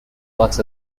works